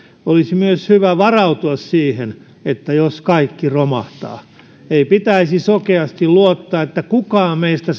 olisi myös hyvä varautua siihen jos kaikki romahtaa ei pitäisi sokeasti luottaa että kukaan meistä